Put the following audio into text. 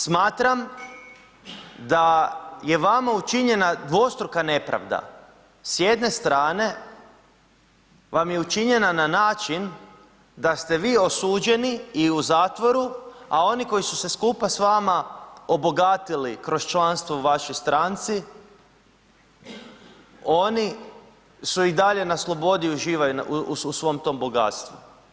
Smatram da je vama učinjena dvostruka nepravda, s jedne strane vam je učinjena na način, da ste vi osuđeni i u zatvoru, a oni koji su se skupa s vama obogatili kroz članstvo u vašoj stranci, oni su i dalje na slobodi i uživaju u svom tom bogatstvu.